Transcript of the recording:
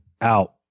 out